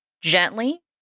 Gently